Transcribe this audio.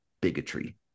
bigotry